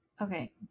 Okay